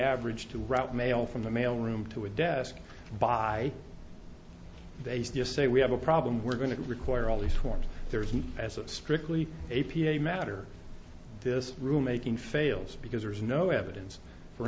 average to route mail from the mail room to a desk by they say we have a problem we're going to require all these forms there isn't as strictly a p a matter this room making fails because there's no evidence for